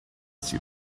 see